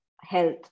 health